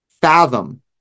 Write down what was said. fathom